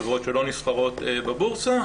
חברות שלא נסחרות בבורסה,